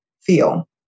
feel